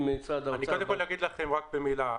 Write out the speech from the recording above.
אני אגיד לכם רק במילה.